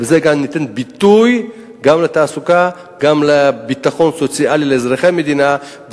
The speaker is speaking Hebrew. וזה ייתן ביטוי גם לתעסוקה וגם לביטחון סוציאלי לאזרחי המדינה,